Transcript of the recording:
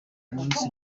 munsi